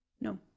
No